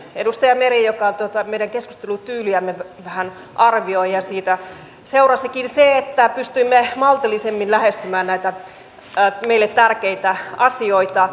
edustaja meri joka meidän keskustelutyyliämme vähän arvioi ja siitä seurasikin se että pystymme maltillisemmin lähestymään näitä meille tärkeitä asioita